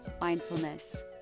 mindfulness